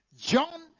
John